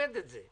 מכבד את זה.